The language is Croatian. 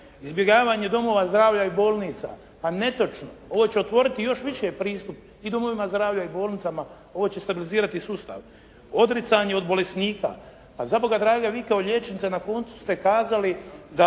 Izbjegavanje domova zdravlja i bolnica, a netočno ovo će otvoriti još više pristup i domovima zdravlja i bolnicama, ovo će stabilizirati sustav. Odricanje od bolesnika. A za Boga draga, vi kao liječnica na koncu ste kazali da